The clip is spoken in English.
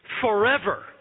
forever